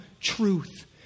truth